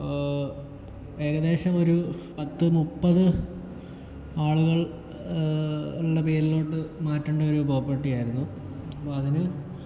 ഏകദേശം ഒരു പത്ത് നുപ്പത് ആളുകൾ ളുടെ പേരിലോട്ട് മാറ്റെണ്ട ഒരു പ്രോപ്പർട്ടിയായിരുന്നു അപ്പം അതിന്